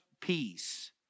peace